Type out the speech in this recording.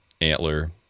antler